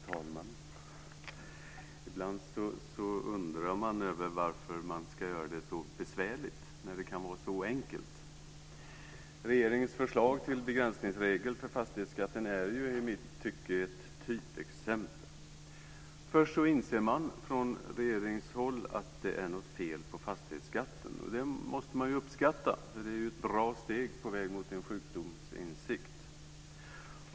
Herr talman! Ibland undrar man över varför det ska göras så besvärligt när det kan vara så enkelt. Regeringens förslag till begränsningsregel för fastighetsskatten är i mitt tycke ett typexempel. Först inser man från regeringshåll att det är något fel på fastighetsskatten. Det måste man uppskatta, för det är ett bra steg på väg mot en sjukdomsinsikt.